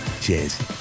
cheers